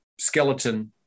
skeleton